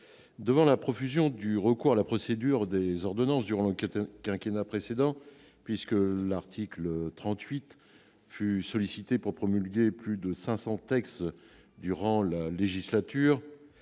devant la profusion du recours à la procédure des ordonnances durant le quinquennat précédent, l'article 38 ayant été sollicité pour promulguer plus de 500 textes durant la législature,